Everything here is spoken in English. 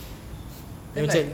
then like